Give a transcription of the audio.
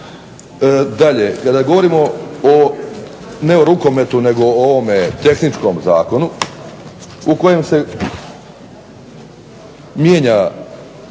Dalje, kada govorimo ne o rukometu nego o ovome tehničkom zakonu u kojem se mijenja